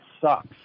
sucks